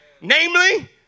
Namely